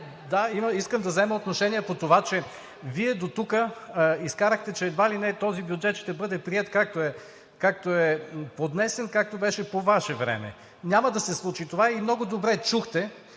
Искам да взема отношение по това, че Вие дотук изкарахте, че едва ли не този бюджет ще бъде приет, както е поднесен, както беше по Ваше време. Няма да се случи това и много добре чухте,